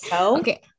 okay